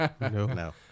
No